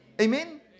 Amen